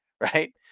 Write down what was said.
right